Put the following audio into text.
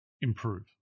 improve